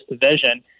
division